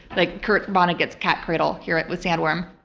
like, kurt vonnegut's cat's cradle here with sandworm.